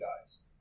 guys